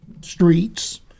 streets